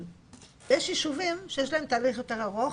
ויש יישובים שיש להם תהליך יותר ארוך,